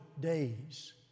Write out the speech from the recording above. days